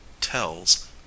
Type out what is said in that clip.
tells